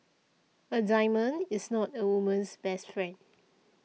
a diamond is not a woman's best friend